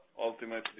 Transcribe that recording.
ultimately